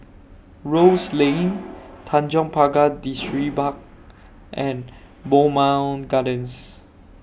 Rose Lane Tanjong Pagar Distripark and Bowmont Gardens